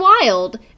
Wild